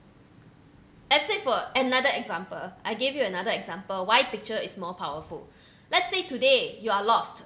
let's say for another example I give you another example why picture is more powerful let's say today you are lost